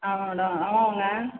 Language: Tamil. ஆமாம் மேடம் ஆமாம்ங்க